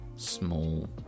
small